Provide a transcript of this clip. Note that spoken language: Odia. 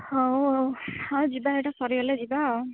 ହଉ ଆଉ ହଉ ଯିବା ଏଇଟା ସରିଗଲେ ଯିବା ଆଉ